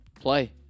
play